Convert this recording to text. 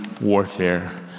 warfare